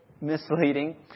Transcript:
misleading